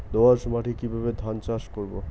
দোয়াস মাটি কিভাবে ধান চাষ করব?